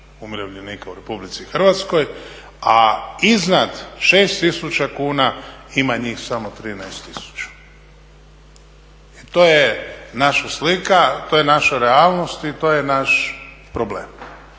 umirovljenika u RH, a iznad 6 tisuća kuna ima njih samo 13 tisuća. I to je naša slika, to je naša realnost i to je naš problem